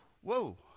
whoa